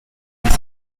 ends